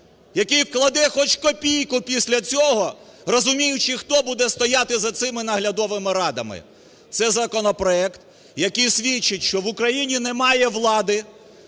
який вкладе хоч копійку після цього, розуміючи, хто буде стояти за цими наглядовими радами. Це законопроект, який свідчить, що в Україні немає влади.